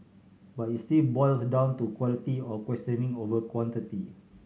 but it still boils down to quality of questioning over quantity